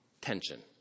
tension